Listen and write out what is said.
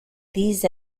these